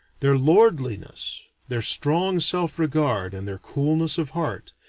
their lordliness, their strong self-regard, and their coolness of heart,